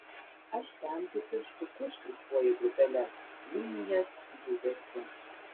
aš ten kaip pieštuku štrichuoju grupeles linijas judesį